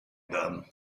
done